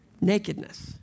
nakedness